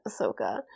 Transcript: Ahsoka